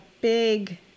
big